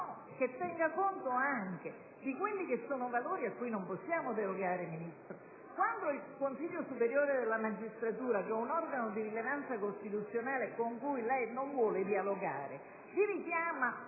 che tenga conto oltretutto anche dei valori cui non possiamo derogare? Quando il Consiglio superiore della magistratura, un organo di rilevanza costituzionale con cui lei non vuole dialogare, vi richiama